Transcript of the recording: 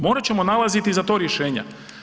Morat ćemo nalaziti i za to rješenja.